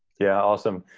yeah, awesome.